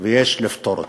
ויש לפתור אותה,